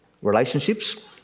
relationships